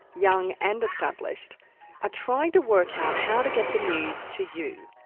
young and established are trying to work out how to get the news to you,